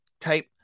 type